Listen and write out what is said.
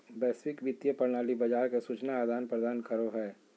वैश्विक वित्तीय प्रणाली बाजार के सूचना आदान प्रदान करो हय